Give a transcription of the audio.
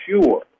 sure